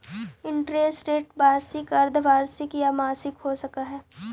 interest rate वार्षिक, अर्द्धवार्षिक या मासिक हो सकऽ हई